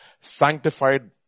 sanctified